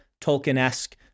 Tolkien-esque